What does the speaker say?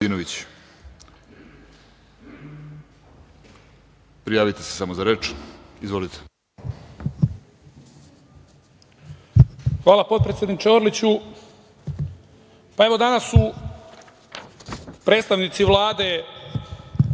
Hvala, potpredsedniče Orliću. Evo, danas su predstavnici Vlade